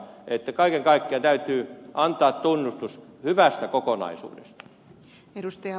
kaiken kaikkiaan täytyy antaa tunnustus hyvästä kokonaisuudesta